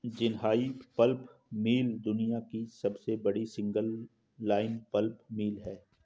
Jinhai pulp mill दुनिया की सबसे बड़ी सिंगल लाइन पल्प मिल है